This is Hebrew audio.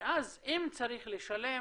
ואז אם צריך לשלם,